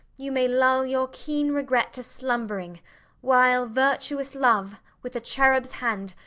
you may lull your keen regret to slumbering while virtuous love, with a cherub's hand,